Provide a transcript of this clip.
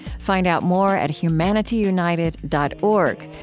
find out more at humanityunited dot org,